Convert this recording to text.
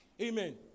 Amen